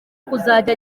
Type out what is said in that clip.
kuzajy